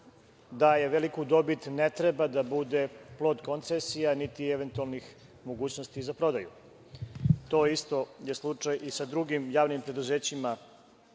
daje veliku dobit, ne treba da bude plod koncesija, niti eventualnih mogućnosti za prodaju. To je isto slučaj i sa drugim javnim preduzećima